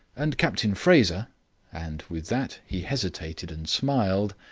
and captain fraser and with that he hesitated and smiled.